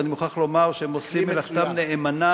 ואני מוכרח לומר שהם עושים מלאכתם נאמנה,